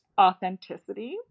authenticity